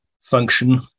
function